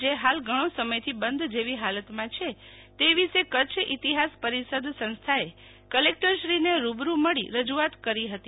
જે હાલ ઘણો સમયથી બંધ જેવી હાલતમાં છે તે વિષે કચ્છ ઈતિહાસ પરિષદ સંસ્થાએ કલેક્ટરશ્રીને રૂબરૂમાં રજૂઆત કરી હતી